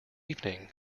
evening